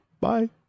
Bye